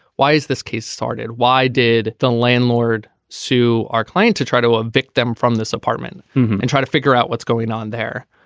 why is this case started. why did the landlord sue our client to try to evict them from this apartment and try to figure out what's going on there.